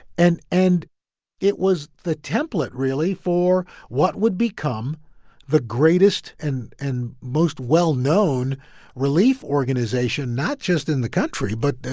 and and it was the template, really, for what would become the greatest and and most well-known relief organization not just in the country, but,